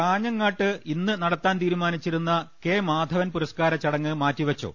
കാഞ്ഞങ്ങാട്ട് ഇന്ന് നടത്താൻ തീരുമാനിച്ചിരുന്ന കെ മാധവൻ പുരസ്കാര ചടങ്ങ് മാറ്റിവെച്ചു